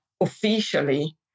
officially